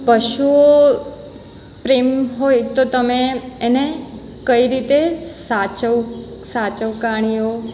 પશુઓ પ્રેમ હોય તો તમે એને કઈ રીતે સાચવ સાચવ કાણિયો